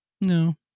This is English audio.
No